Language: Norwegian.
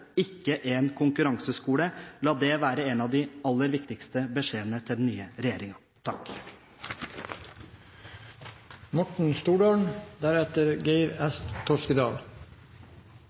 ikke en konkurranseskole. La det være en av de aller viktigste beskjedene til den nye